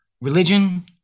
Religion